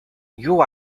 you